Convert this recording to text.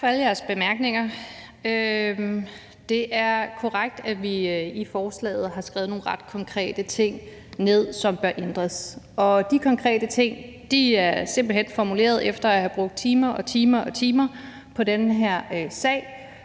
Tak for alle jeres bemærkninger. Det er korrekt, at vi i forslaget har skrevet nogle ret konkrete ting ned, som bør ændres. De konkrete ting er simpelt hen formuleret efter at have brugt timer og timer på den her sag,